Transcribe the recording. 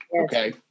Okay